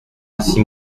ainsi